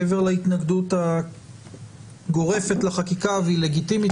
מעבר להתנגדות הגורפת לחקיקה והיא לגיטימית